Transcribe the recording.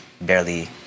barely